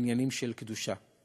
בעניינים של קדושה.